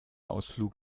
ausflug